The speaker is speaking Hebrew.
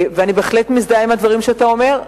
אני בהחלט מזדהה עם הדברים שאתה אומר.